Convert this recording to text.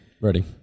Ready